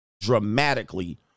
dramatically